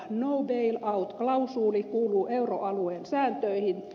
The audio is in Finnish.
no bail out klausuuli kuuluu euroalueen sääntöihin